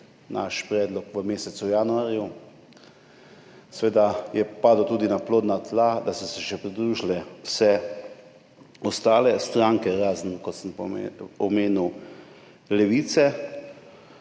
Naš predlog v mesecu januarju je padel tudi na plodna tla, da so se pridružile še vse ostale stranke, razen, kot sem omenil, Levice.